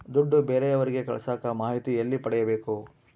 ದುಡ್ಡು ಬೇರೆಯವರಿಗೆ ಕಳಸಾಕ ಮಾಹಿತಿ ಎಲ್ಲಿ ಪಡೆಯಬೇಕು?